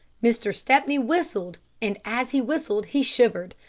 mr. stepney whistled, and as he whistled he shivered.